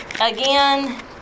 Again